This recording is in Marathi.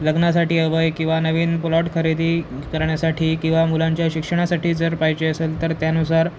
लग्नासाठी हवं आहे किंवा नवीन प्लॉट खरेदी करण्यासाठी किंवा मुलांच्या शिक्षणासाठी जर पाहिजे असेल तर त्यानुसार